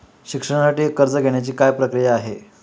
शिक्षणासाठी कर्ज घेण्याची काय प्रक्रिया आहे?